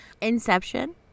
Inception